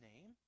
name